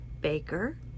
baker